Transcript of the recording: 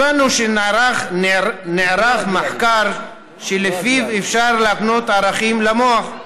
הבנו שנערך מחקר שלפיו אפשר להקנות ערכים למוח.